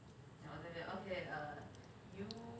then after that after that are you